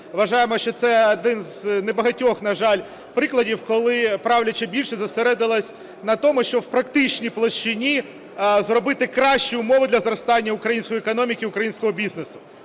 вважаємо, що це один з небагатьох, на жаль, прикладів, коли правляча більшість зосередилася на тому, щоб в практичній площині зробити кращі умови для зростання української економіки, українського бізнесу.